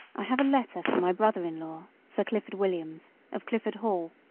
i have a letter from my brother-in-law, sir clifford williams, of clifford hall.